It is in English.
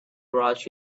brought